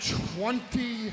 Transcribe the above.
twenty